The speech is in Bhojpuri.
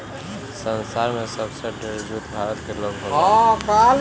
संसार में सबसे ढेर जूट भारत में होला